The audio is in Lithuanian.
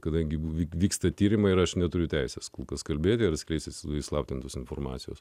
kadangi vyksta tyrimai ir aš neturiu teisės kol kas kalbėti ir skristi su įslaptintos informacijos